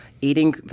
eating